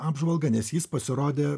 apžvalgą nes jis pasirodė